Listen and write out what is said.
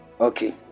Okay